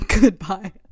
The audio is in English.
Goodbye